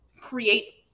create